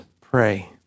pray